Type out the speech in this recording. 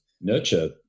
nurture